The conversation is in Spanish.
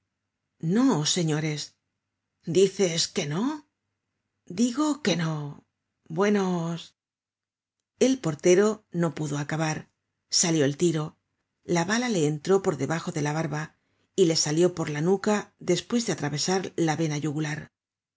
señores dices que no digo que no buenos el portero no pudo acabar salió el tiro ía bala le entró por debajo de la barba y le salió por la nuca despues de atravesar la vena